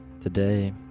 today